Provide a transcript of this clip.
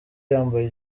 yambaye